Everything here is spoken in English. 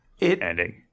ending